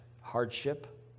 hardship